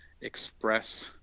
express